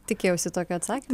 tikėjausi tokio atsakymo